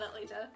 later